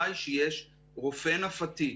שיש רופא נפתי,